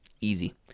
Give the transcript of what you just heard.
easy